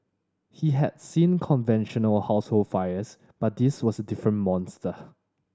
he had seen conventional household fires but this was a different monster